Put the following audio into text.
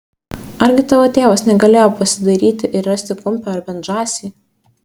argi tavo tėvas negalėjo pasidairyti ir rasti kumpio ar bent žąsį